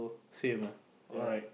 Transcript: same lah alright